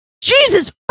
jesus